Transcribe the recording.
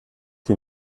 die